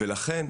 לכן,